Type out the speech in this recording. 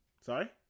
Sorry